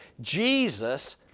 Jesus